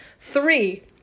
Three